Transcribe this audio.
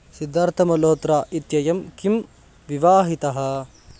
सिद्धार्थमल्होत्र इत्ययं किं विवाहितः